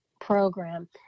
program